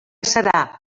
serà